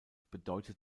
bedeutet